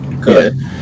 good